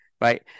right